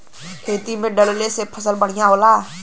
खेती में डलले से फसल बढ़िया होला